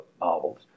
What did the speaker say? novels